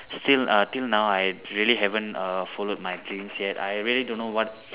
still uh till now I really haven't uh followed my dreams yet I really don't know what